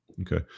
Okay